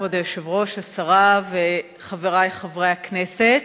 כבוד היושב-ראש, השרה וחברי חברי הכנסת,